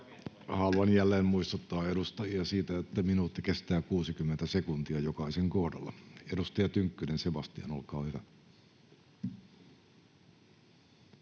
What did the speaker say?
Haluan jälleen muistuttaa edustajia siitä, että minuutti kestää 60 sekuntia jokaisen kohdalla. — Edustaja Tynkkynen, Sebastian, olkaa hyvä.